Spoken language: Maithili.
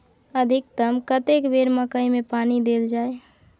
अधिकतम कतेक बेर मकई मे पानी देल जाय?